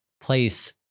place